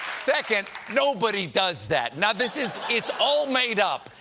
second, nobody does that. now this is it's all made up.